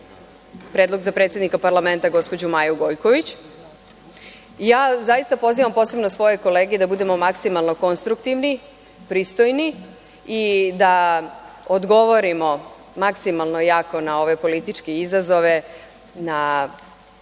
Predlog za predsednika parlamenta, gospođu Maju Gojković. Zaista pozivam posebno svoje kolege da budemo maksimalno konstruktivni, pristojni i da odgovorimo maksimalno jako na ove političke izazove, na